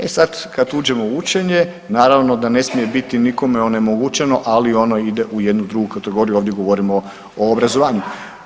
E sad kad uđemo u učenje naravno da ne smije biti nikome onemogućeno, ali ono ide u jednu drugu kategoriju, ovdje govorimo o obrazovanju.